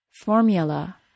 formula